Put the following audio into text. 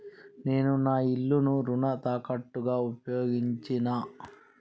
నేను నా ఇల్లును రుణ తాకట్టుగా ఉపయోగించినా